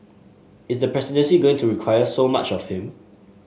is the presidency going to require so much of him